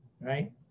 right